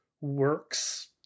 works